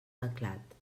teclat